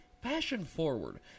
fashion-forward